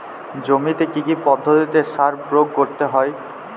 জমিতে কী কী পদ্ধতিতে সার প্রয়োগ করতে হয়?